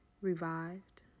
revived